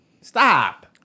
Stop